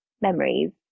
memories